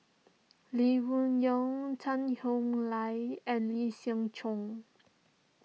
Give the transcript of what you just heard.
Lee Wung Yew Tan Howe Liang and Lee Siew Choh